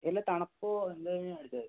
വല്ല തണുപ്പോ എന്തേലും ഉണ്ടായിരുന്നോ